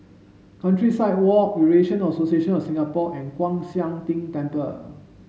Countryside Walk Eurasian Association of Singapore and Kwan Siang Tng Temple